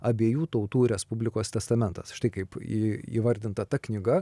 abiejų tautų respublikos testamentas štai kaip į įvardinta ta knyga